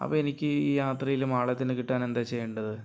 അപ്പോൾ എനിക്ക് ഈ യാത്രയിലും ആളെ തന്നെ കിട്ടാൻ എന്താ ചെയ്യേണ്ടത്